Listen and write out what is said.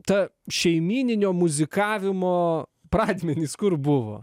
ta šeimyninio muzikavimo pradmenys kur buvo